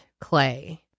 Clay